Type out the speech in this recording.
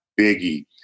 Biggie